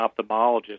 ophthalmologist